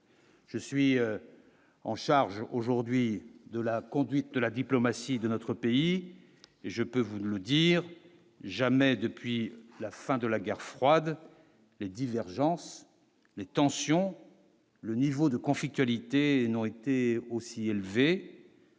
Je suis en charge aujourd'hui de la conduite de la diplomatie de notre pays et je peux vous le dire, jamais depuis la fin de la guerre froide. Les divergences mais attention le niveau de conflictualité n'ont été aussi élevées.